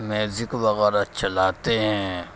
music وغیرہ چلاتے ہیں